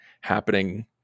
happening